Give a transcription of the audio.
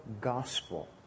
gospel